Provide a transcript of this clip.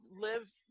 live